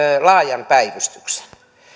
laajan päivystyksen